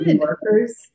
workers